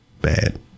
bad